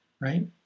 right